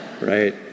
right